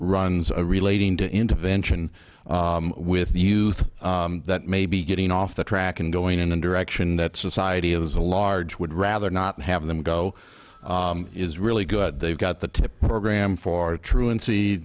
runs a relating to intervention with the youth that may be getting off the track and going in a direction that society has a large would rather not have them go is really good they've got the program for truancy